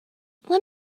let